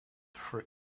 for